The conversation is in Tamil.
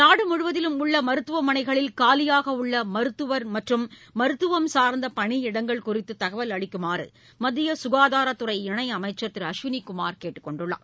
நாடு முழுவதிலும் உள்ள மருத்துவமனைகளில் காலியாக உள்ள மருத்துவர் மற்றும் மருத்துவம் சார்ந்த பணியிடங்கள் குறித்து தகவல் அளிக்குமாறு மத்திய சுகாதாரத் துறை இணையமைச்சா் திரு அஸ்வினிகுமார் கேட்டுக்கொண்டுள்ளார்